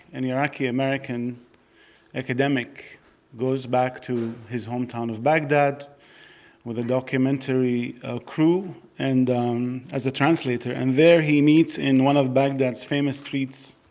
an iraqi american academic goes back to his hometown of baghdad with a documentary crew and as a translator. and there he meets, in one of baghdad's famous streets,